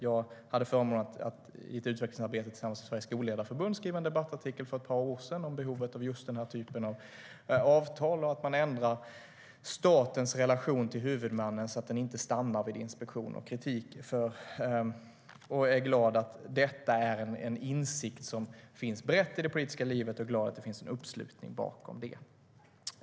Jag hade förmånen att i ett utvecklingsarbete tillsammans med Sveriges Skolledarförbund skriva en debattartikel för ett par år sedan om behovet av just den här typen av avtal och att ändra statens relation till huvudmannen så att den inte stannar vid inspektion och kritik. Jag är glad att detta är en insikt som finns brett i det politiska livet och glad att det finns en uppslutning bakom det.